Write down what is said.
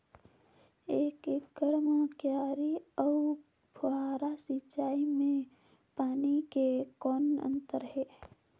एक एकड़ म क्यारी अउ फव्वारा सिंचाई मे पानी के कौन अंतर हे?